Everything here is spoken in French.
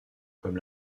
comme